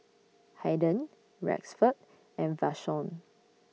Haiden Rexford and Vashon